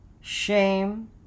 shame